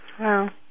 Wow